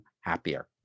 happier